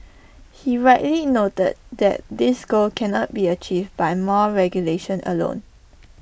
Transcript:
he rightly noted that this goal cannot be achieved by more regulation alone